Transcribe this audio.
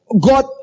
God